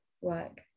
work